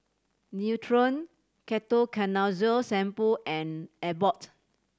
Nutren Ketoconazole Shampoo and Abbott